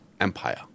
empire